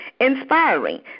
inspiring